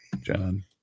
John